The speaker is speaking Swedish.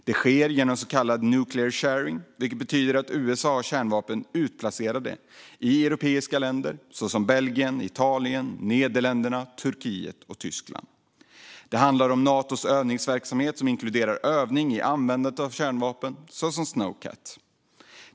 Det sker genom så kallad nuclear sharing, vilket betyder att USA har kärnvapen utplacerade i europeiska länder såsom Belgien, Italien, Nederländerna, Turkiet och Tyskland. Det handlar också om Natos övningsverksamhet som inkluderar övning i användandet av kärnvapen, såsom SNOWCAT.